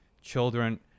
children